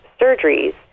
surgeries